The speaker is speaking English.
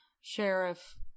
sheriff—